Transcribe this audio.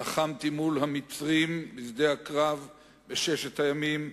לחמתי מול המצרים בשדה הקרב בששת הימים,